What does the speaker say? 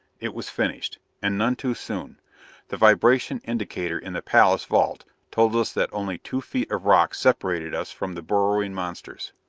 it was finished. and none too soon the vibration indicator in the palace vault told us that only two feet of rock separated us from the burrowing monsters!